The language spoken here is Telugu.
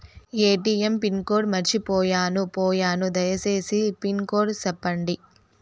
ఎ.టి.ఎం పిన్ కోడ్ మర్చిపోయాను పోయాను దయసేసి పిన్ కోడ్ సెప్పండి?